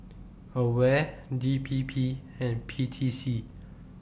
AWARE D P P and P T C